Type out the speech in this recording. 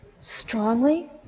strongly